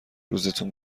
روزتون